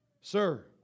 sir